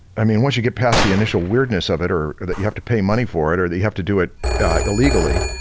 i mean, once you get past the initial weirdness of it or or that you have to pay money for it or you have to do it illegally,